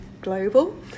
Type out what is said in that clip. global